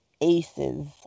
aces